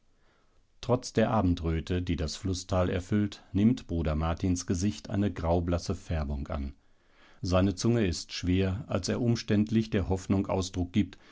trotz der abendröte die das flußtal erfüllt nimmt bruder martins gesicht eine graublasse färbung an seine zunge ist schwer als er umständlich der hoffnung ausdruck gibt